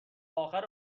اخر